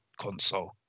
console